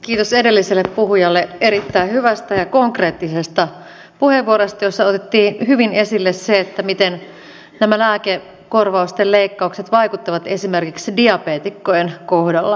kiitos edelliselle puhujalle erittäin hyvästä ja konkreettisesta puheenvuorosta jossa otettiin hyvin esille se miten nämä lääkekorvausten leikkaukset vaikuttavat esimerkiksi diabeetikkojen kohdalla